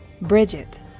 Bridget